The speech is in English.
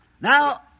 now